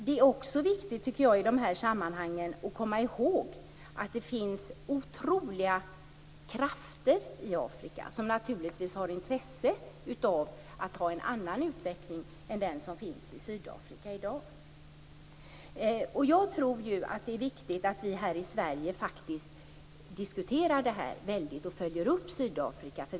Det är också viktigt i dessa sammanhang att komma ihåg att det finns otroliga krafter i Afrika, som naturligtvis har intresse av att ha en annan utveckling än den som pågår i Sydafrika i dag. Jag tror att det är viktigt att vi här i Sverige diskuterar det här ordentligt och följer upp Sydafrika.